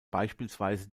beispielsweise